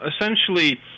Essentially